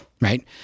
Right